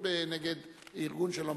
ב"שלום עכשיו".